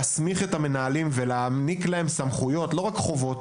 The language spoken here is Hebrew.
להסמיך את המנהלים ולהעניק להם סמכויות; לא רק חובות,